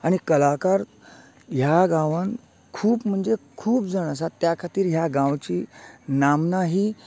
आनी कलाकार ह्या गांवांन खूब म्हणजे खूप जाण आसात त्या खातीर ह्या गांवची नामना ही